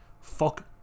Fuck